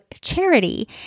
charity